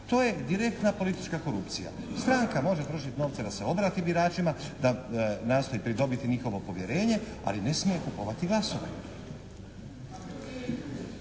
To je direktna politička korupcija. Stranka može …/Govornik se ne razumije./… novce da se obrati biračima, da nastoji pridobiti njihovo povjerenje, ali ne smije kupovati glasove.